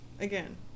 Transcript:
again